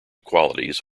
qualities